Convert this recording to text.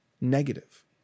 negative